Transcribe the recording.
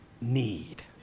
need